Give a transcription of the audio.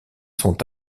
sont